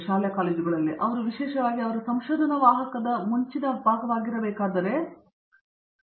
ಈಗ ಅವರು ವಿಶೇಷವಾಗಿ ಅದರ ಸಂಶೋಧನಾ ವಾಹಕದ ಮುಂಚಿನ ಭಾಗವಾಗಿರಬೇಕಾದರೆ ಅದರ ಆರಂಭದಲ್ಲಿ ಇರುವಾಗ ಹಲವು ವಿಷಯಗಳು ಸ್ಪಷ್ಟವಾಗಿಲ್ಲ ಎಂದು ನಾನು ಭಾವಿಸುತ್ತೇನೆ